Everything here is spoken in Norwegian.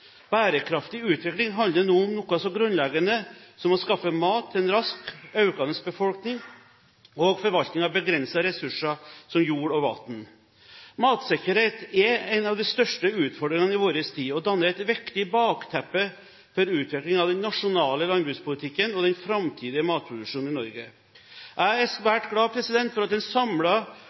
Bærekraftig utvikling handler nå om noe så grunnleggende som å skaffe mat til en raskt økende befolkning og forvaltning av begrensede ressurser som jord og vann. Matsikkerhet er en av de største utfordringene i vår tid og danner et viktig bakteppe for utviklingen av den nasjonale landbrukspolitikken og den framtidige matproduksjonen i Norge. Jeg er svært glad for at en